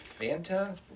Fanta